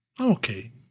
Okay